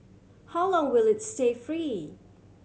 how long will it stay free